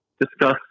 discuss